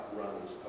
runs